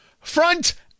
front